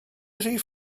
rhif